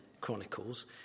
Chronicles